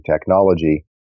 technology